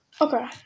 Okay